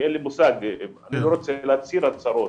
אין לי מושג, אני לא רוצה להצהיר הצהרות.